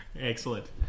Excellent